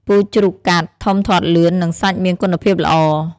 ពូជជ្រូកកាត់ ធំធាត់លឿន និងសាច់មានគុណភាពល្អ។